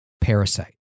Parasite